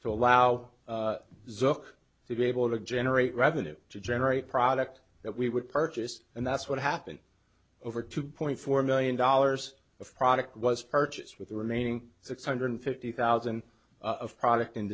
for allow zuck to be able to generate revenue to generate product that we would purchase and that's what happened over two point four million dollars of product was purchased with the remaining six hundred fifty thousand of product in